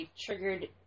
triggered